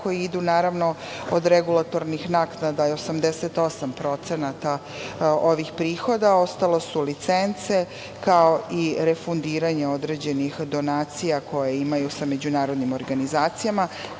koji idu naravno, od regulatornih naknada je 88%, ovih prihoda, ostalo su licence, kao i refundiranje određenih donacija koje imaju sa međunarodnim organizacijama. Kada